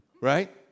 right